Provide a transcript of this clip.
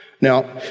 Now